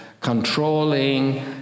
controlling